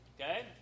Okay